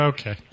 Okay